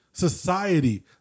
society